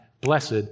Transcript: blessed